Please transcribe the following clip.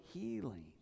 healing